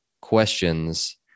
questions